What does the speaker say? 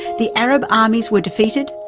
the arab armies were defeated,